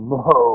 no